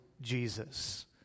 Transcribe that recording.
Jesus